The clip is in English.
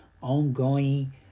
ongoing